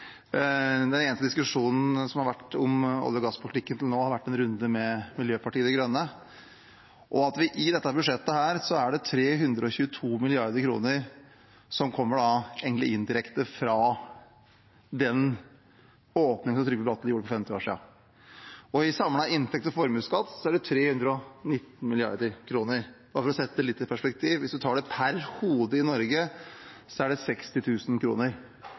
Den eneste diskusjonen som har vært om olje- og gasspolitikken til nå, har vært en runde med Miljøpartiet De Grønne. I dette budsjettet er det 322 mrd. kr som egentlig indirekte kommer fra den åpningen som Trygve Bratteli gjorde for 50 år siden. I samlet inntekts- og formuesskatt er det 319 mrd. kr. Bare for å sette det litt i perspektiv: Hvis man tar det per hode i Norge, er det